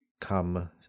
come